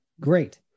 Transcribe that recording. Great